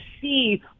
see